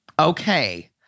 Okay